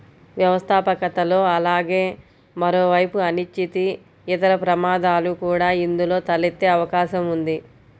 వ్యవస్థాపకతలో అలాగే మరోవైపు అనిశ్చితి, ఇతర ప్రమాదాలు కూడా ఇందులో తలెత్తే అవకాశం ఉంది